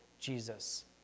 Jesus